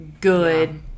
good